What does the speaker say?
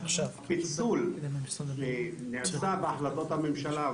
שהפיצול שנעשה בהחלטות הממשלה,